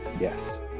yes